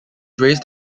raised